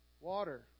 Water